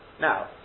Now